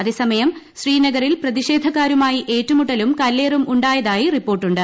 അതേസമയം ശ്രീനഗറിൽ പ്രതിഷേധക്കാരുമായി ഏറ്റുമുട്ടലും കല്ലേറും ഉണ്ടായതായി റിപ്പോർട്ടുണ്ട്